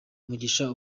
mugisha